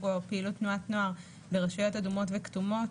או פעילות תנועת נוער ברשויות אדומות וכתומות,